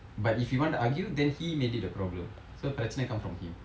but if you want to argue then he made it a problem so பிரச்சனை:piracchanai come from him